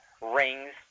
rings